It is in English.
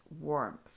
warmth